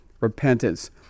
repentance